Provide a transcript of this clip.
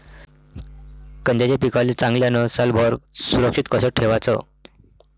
कांद्याच्या पिकाले चांगल्यानं सालभर सुरक्षित कस ठेवाचं?